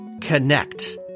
Connect